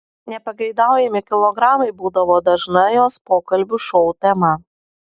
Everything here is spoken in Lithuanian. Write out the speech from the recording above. nepageidaujami kilogramai būdavo dažna jos pokalbių šou tema